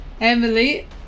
Emily